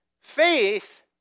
faith